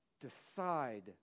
decide